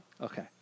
Okay